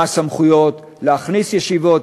מה הסמכויות להכניס ישיבות?